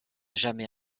jamais